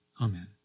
amen